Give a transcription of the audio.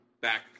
back